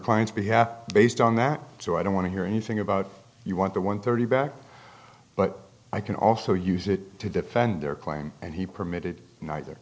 behalf based on that so i don't want to hear anything about you want the one thirty back but i can also use it to defend their claim and he permitted neither